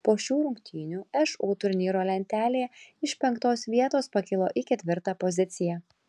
po šių rungtynių šu turnyro lentelėje iš penktos vietos pakilo į ketvirtą poziciją